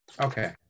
Okay